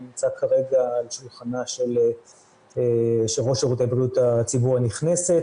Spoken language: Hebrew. הוא נמצא כרגע על שולחנה של ראש שירותי בריאות הציבור הנכנסת,